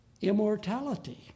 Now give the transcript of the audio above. immortality